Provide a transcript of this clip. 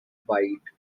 bite